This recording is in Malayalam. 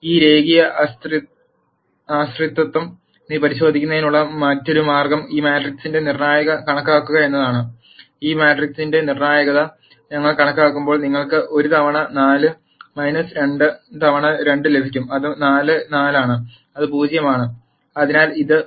ഈ രേഖീയ ആശ്രിതത്വം പരിശോധിക്കുന്നതിനുള്ള മറ്റൊരു മാർഗം ഈ മാട്രിക്സിന്റെ നിർണ്ണായകത കണക്കാക്കുക എന്നതാണ് ഈ മാട്രിക്സിന്റെ നിർണ്ണായകത ഞങ്ങൾ കണക്കാക്കുമ്പോൾ നിങ്ങൾക്ക് 1 തവണ 4 2 തവണ 2 ലഭിക്കും അത് 4 4 ആണ് അത് 0 ആണ്